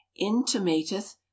intimateth